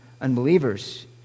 unbelievers